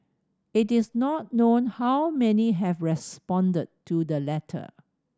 it is not known how many have responded to the letter